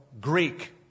Greek